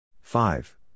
five